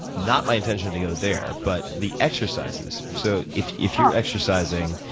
not my intention to go there, but the exercises. so if if you exercising,